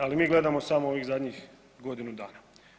Ali mi gledamo samo ovih zadnjih godinu dana.